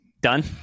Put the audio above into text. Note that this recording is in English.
done